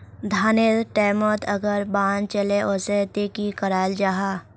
धानेर टैमोत अगर बान चले वसे ते की कराल जहा?